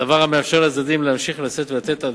דבר המאפשר לצדדים להמשיך לשאת ולתת עד